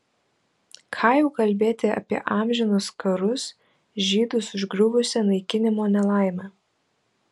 ką jau kalbėti apie amžinus karus žydus užgriuvusią naikinimo nelaimę